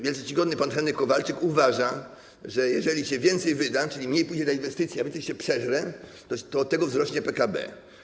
Wielce czcigodny pan Henryk Kowalczyk uważa, że jeżeli się więcej wyda, czyli mniej pójdzie na inwestycje, a więcej się przeżre, to od tego wzrośnie PKB.